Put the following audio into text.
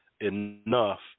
enough